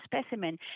specimen